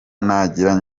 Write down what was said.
nagira